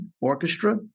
Orchestra